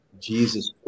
Jesus